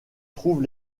trouve